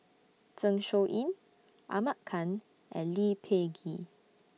Zeng Shouyin Ahmad Khan and Lee Peh Gee